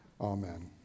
Amen